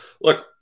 look